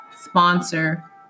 sponsor